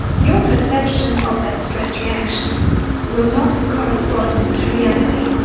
your perception of that stress reaction will not correspond to reality.